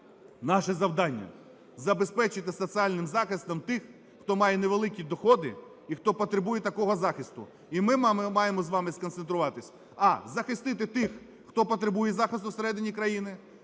наше завдання – забезпечити соціальним захистом тих, хто має невеликі доходи і хто потребує такого захисту. І ми маємо з вами сконцентруватись: а) захистити тих, хто потребує захисту всередині країни;